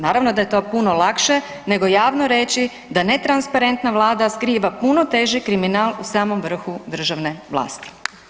Naravno da je to puno lakše, nego javno reći da netransparenta Vlada skriva puno teži kriminal u samom vrhu državne vlasti.